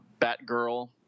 Batgirl